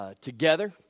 together